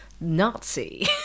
Nazi